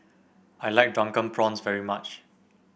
I like Drunken Prawns very much